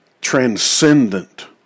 transcendent